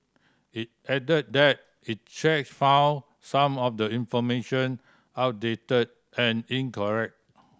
it added that it checks found some of the information outdated and inaccurate